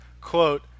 quote